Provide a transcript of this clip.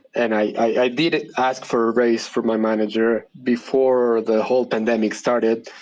and i did ask for a raise from my manager before the whole pandemic started,